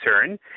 concern